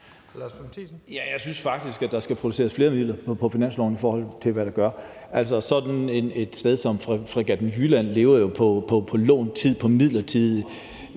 jeg synes faktisk, at der skal tilføres flere midler på finansloven, i forhold til hvad der gør. Sådan et sted som Fregatten Jylland lever jo på lånt tid og af midlertidige